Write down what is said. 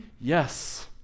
Yes